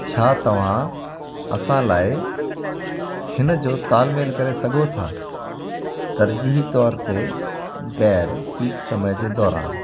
छा तव्हां असां लाइ हिन जो तालमेल करे सघो था तरजीही तौर ते ग़ैर पीक समय जे दौरान